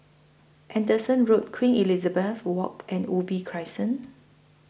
Anderson Road Queen Elizabeth Walk and Ubi Crescent